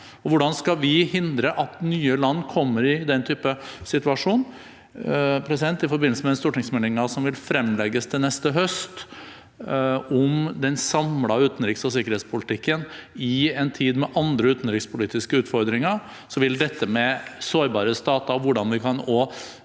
Hvordan skal vi hindre at nye land kommer i den typen situasjon? I forbindelse med den stortingsmeldingen som vil fremlegges til neste høst om den samlede utenriks- og sikkerhetspolitikken i en tid med andre utenrikspolitiske utfordringer, vil dette med sårbare stater og hvordan vi også